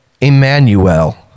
Emmanuel